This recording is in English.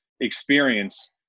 experience